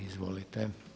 Izvolite.